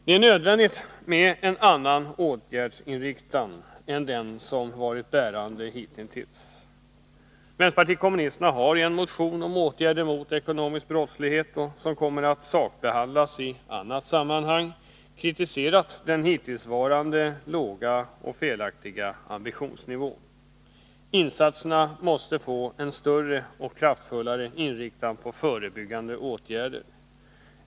Det är nödvändigt med en annan inriktning på åtgärderna än den som hittills varit bärande. Vpk har i en motion om åtgärder mot ekonomisk brottslighet, som kommer att sakbehandlas i annat sammanhang, kritiserat den hittillsvarande låga och felaktiga ambitionsnivån. Insatserna måste i större utsträckning och kraftfullare inriktas på förebyggande åtgärder.